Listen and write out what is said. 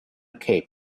cape